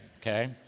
okay